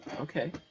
okay